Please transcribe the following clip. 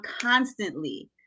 constantly